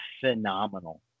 phenomenal